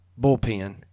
bullpen